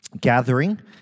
gathering